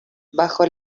bajo